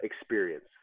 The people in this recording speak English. experience